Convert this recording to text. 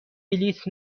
بلیط